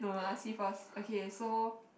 no lah see first okay so